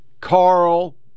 Carl